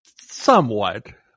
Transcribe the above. somewhat